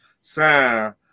sign